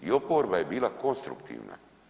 I oporba je bila konstruktivna.